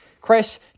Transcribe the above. chris